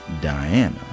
Diana